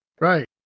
Right